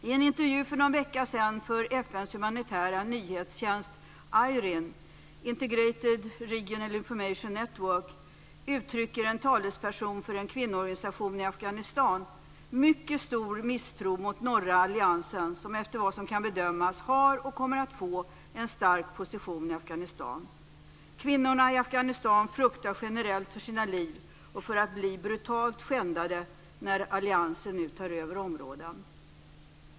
I en intervju för någon vecka sedan för FN:s humanitära nyhetstjänst IRIN, Integrated Regional Information Network, uttrycker en talesperson för en kvinnoorganisation i Afghanistan mycket stor misstro mot norra alliansen, som efter vad som kan bedömas har och kommer att få en stark position i Afghanistan. Kvinnorna i Afghanistan fruktar generellt för sina liv och för att bli brutalt skändade när alliansen nu tar över områden.